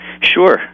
Sure